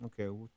Okay